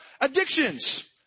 addictions